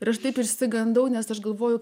ir aš taip išsigandau nes aš galvoju